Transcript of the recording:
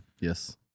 Yes